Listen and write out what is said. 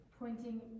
pointing